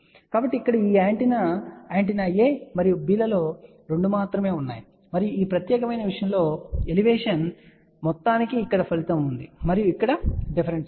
కాబట్టి ఇక్కడ ఈ యాంటెన్నా యాంటెన్నా A మరియు B లలో 2 మాత్రమే ఉన్నాయి మరియు ఈ ప్రత్యేకమైన విషయం లో ఎలివేషన్ మొత్తానికి ఇక్కడ ఫలితం ఉంది మరియు ఇక్కడ డిఫరెన్స్ ఉంది